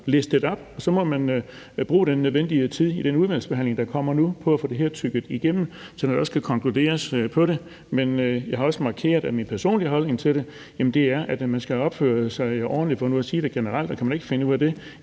listet op, og så må man bruge den nødvendige tid i den udvalgsbehandling, der kommer nu, på at få det her tygget igennem, sådan at der også kan konkluderes på det. Jeg har også markeret min personlige holdning til det, og den er, at man skal opføre sig ordentligt, for nu at sige det generelt. Kan man ikke finde ud af det,